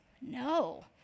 No